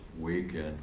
weekend